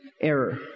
error